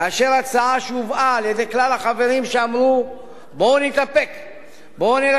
כאשר הצעה שהובאה על-ידי כלל החברים אמרו: בואו נתאפק,